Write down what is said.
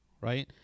Right